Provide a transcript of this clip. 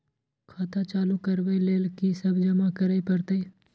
खाता चालू करबै लेल की सब जमा करै परतै?